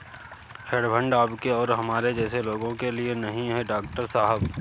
hedge fund आपके और हमारे जैसे लोगों के लिए नहीं है, डॉक्टर साहब